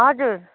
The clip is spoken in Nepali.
हजुर